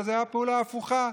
וזו הייתה הפעולה ההפוכה.